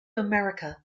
america